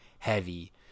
heavy